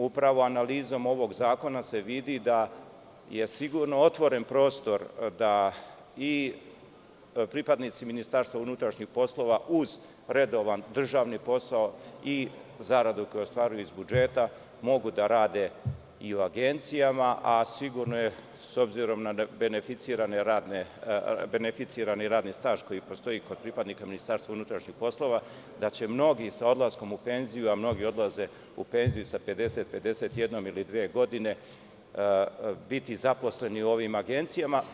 Upravo analizom ovog zakona se vidi da je sigurno otvoren prostor da i pripadnici MUP uz redovan državni posao i zaradu koju ostvaruju iz budžeta mogu da rade i u agencijama, a sigurno je s obzirom na beneficirani radni staž koji postoji kod pripadnika MUP da će mnogi sa odlaskom u penziju, a mnogi odlaze u penziju sa 50, 51 ili 52 godine, biti zaposleni u ovim agencijama.